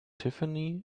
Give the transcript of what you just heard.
tiffany